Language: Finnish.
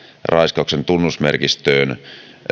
raiskauksen tunnusmerkistöön